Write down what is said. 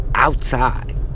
Outside